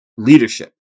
Leadership